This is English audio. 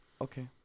Okay